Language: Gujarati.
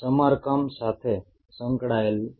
સમારકામ સાથે સંકળાયેલા છે